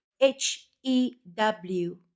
h-e-w